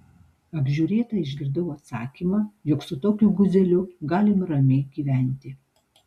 apžiūrėta išgirdau atsakymą jog su tokiu guzeliu galima ramiai gyventi